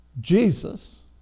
Jesus